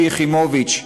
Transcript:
שלי יחימוביץ,